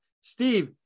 Steve